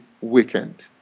weekend